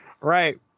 Right